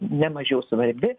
nemažiau svarbi